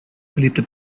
beliebte